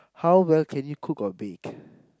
how well can you cook or bake